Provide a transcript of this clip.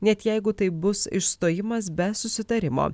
net jeigu tai bus išstojimas be susitarimo